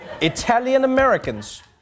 Italian-Americans